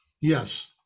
yes